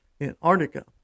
Antarctica